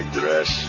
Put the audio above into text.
dress